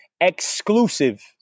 exclusive